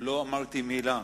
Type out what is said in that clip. לא אמרתי מלה,